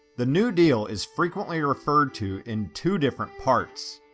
the new deal is frequently referred to in two different parts.